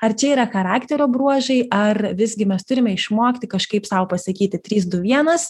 ar čia yra charakterio bruožai ar visgi mes turime išmokti kažkaip sau pasakyti trys du vienas